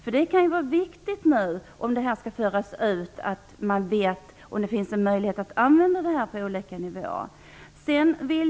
Om det här skall föras ut är det viktigt att veta om det finns möjlighet att använda det här på olika nivåer.